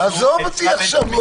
עזוב את זה עכשיו.